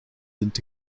into